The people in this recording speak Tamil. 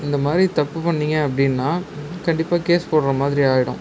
இந்த மாதிரி தப்பு பண்ணிங்கள் அப்படினா கண்டிப்பாக கேஸ் போடுற மாதிரி ஆயிடும்